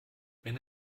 wenn